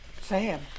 Sam